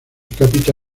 cápita